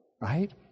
Right